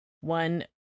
one